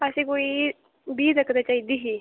असें कोई बीह् तक ते चाहिदी ही